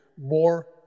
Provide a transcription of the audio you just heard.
more